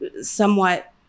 somewhat